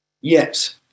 Yes